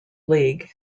league